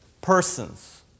persons